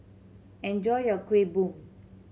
enjoy your Kuih Bom